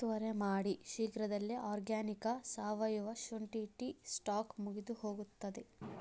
ತ್ವರೆ ಮಾಡಿ ಶೀಘ್ರದಲ್ಲೇ ಆರ್ಗ್ಯಾನಿಕಾ ಸಾವಯವ ಶುಂಠಿ ಟೀ ಸ್ಟಾಕ್ ಮುಗಿದುಹೋಗುತ್ತದೆ